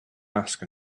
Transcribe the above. ask